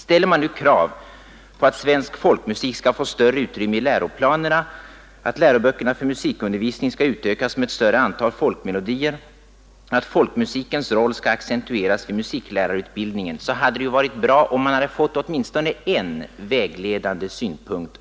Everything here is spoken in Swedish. Ställer man krav på att svensk folkmusik skall få större utrymme i läroplanerna, att läroböckerna i musikundervisningen skall utökas med ett större antal folkmelodier, att folkmusikens roll skall accentueras i musiklärarutbildningen, hade det varit bra om motionärerna hade lämnat åtminstone en vägledande synpunkt.